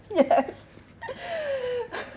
yes